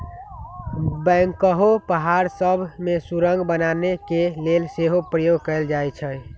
backhoe पहाड़ सभ में सुरंग बनाने के लेल सेहो प्रयोग कएल जाइ छइ